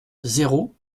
zéro